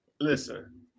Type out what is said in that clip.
listen